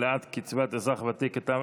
העלאת קצבת אזרח ותיק),